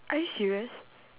are you serious